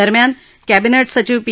दरम्यान कॅबिनेट सचिव पी